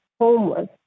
homeless